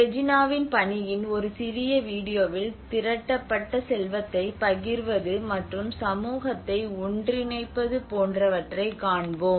ரெஜினாவின் பணியின் ஒரு சிறிய வீடியோவில் திரட்டப்பட்ட செல்வத்தைப் பகிர்வது மற்றும் சமூகத்தை ஒன்றிணைப்பது போன்றவற்றை காண்போம்